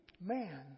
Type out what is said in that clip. Man